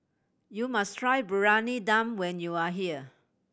you must try Briyani Dum when you are here